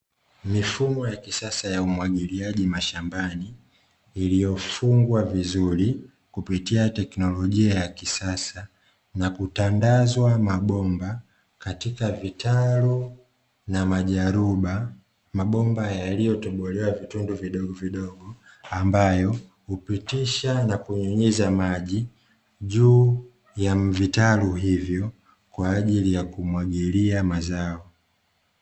Mifumo ya kisasa ya umwagiliaji mashambani, iliyofungwa vizuri kupitia teknolojia ya kisasa na kutandazwa mabomba katika vitalu na majaruba mabomba yaliyotobolewa vitundu, vidogo vidogo ambayo hupitisha na kunyunyiza maji juu ya vitalu hivyo kwa ajili ya kumwagilia mazao